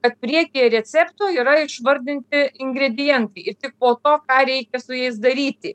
kad priekyje recepto yra išvardinti ingredientai ir tik po to ką reikia su jais daryti